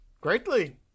Greatly